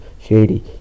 Shady